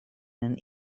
een